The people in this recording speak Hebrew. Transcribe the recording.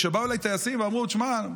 כשבאו אליי טייסים ואמרו: תשמע,